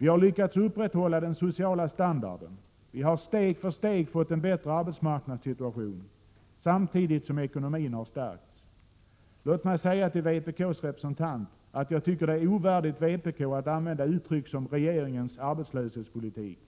Vi har lyckats upprätthålla den sociala standarden, vi har steg för steg fått en bättre arbetsmarknadssituation, samtidigt som ekonomin har stärkts. Låt mig säga till vpk:s representant att jag tycker det är ovärdigt vpk att använda uttryck som ”regeringens arbetslöshetspolitik”.